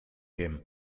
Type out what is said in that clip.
him